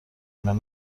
میان